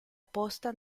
posta